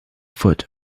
foot